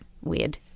Weird